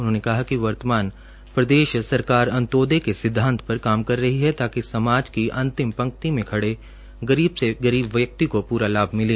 उन्होंने कहा कि वर्तमान प्रदेश सरकार अन्त्योदय के सिद्धांत पर कार्य कर रही है ताकि समाज की अन्तिम पंक्ति में खड़े गरीब से गरीब व्यक्ति को पूरा लाभ मिले